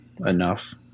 enough